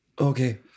Okay